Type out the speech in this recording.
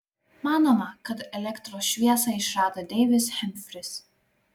manoma kad elektros šviesą išrado deivis hemfris